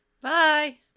Bye